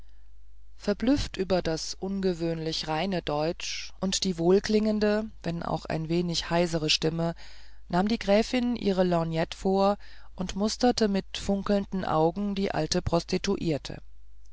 verblüfft über das ungewöhnlich reine deutsch und die wohlklingende wenn auch ein wenig heisere stimme nahm die gräfin ihre lorgnette vor und musterte mit funkelnden augen die alte prostituierte